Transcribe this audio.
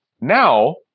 Now